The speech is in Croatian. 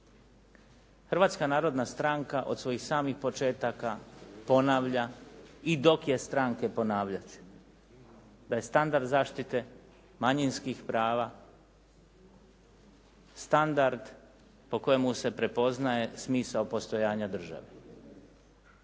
Hrvatska narodna stranka od svojih samih početaka ponavlja i dok je stranke ponavljat će da je standard zaštite manjinskih prava standard po kojemu se prepoznaje smisao postojanja države.